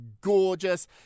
gorgeous